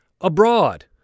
abroad